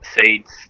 seeds